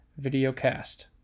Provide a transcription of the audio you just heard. videocast